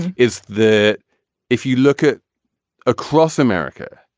is that if you look at across america,